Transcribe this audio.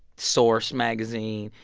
source magazine,